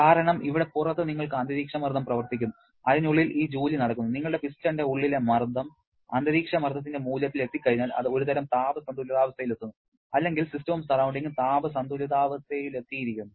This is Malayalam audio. കാരണം ഇവിടെ പുറത്ത് നിങ്ങൾക്ക് അന്തരീക്ഷമർദ്ദം പ്രവർത്തിക്കുന്നു അതിനുള്ളിൽ ഈ ജോലി നടക്കുന്നു നിങ്ങളുടെ പിസ്റ്റണിന്റെ ഉള്ളിലെ മർദ്ദം അന്തരീക്ഷമർദ്ദത്തിന്റെ മൂല്യത്തിൽ എത്തിക്കഴിഞ്ഞാൽ അത് ഒരുതരം താപ സന്തുലിതാവസ്ഥയിലെത്തുന്നു അല്ലെങ്കിൽ സിസ്റ്റവും സറൌണ്ടിങ്ങും താപ സന്തുലിതാവസ്ഥയിലെത്തിയിരിക്കുന്നു